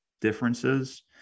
differences